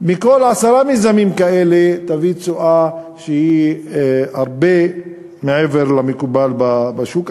מכל עשרה מיזמים כאלה תביא תשואה שהיא הרבה מעבר למקובל בשוק,